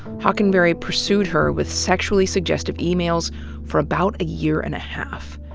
hockenberry pursued her with sexually suggestive emails for about a year and a half.